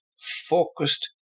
focused